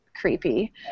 creepy